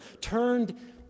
turned